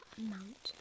amount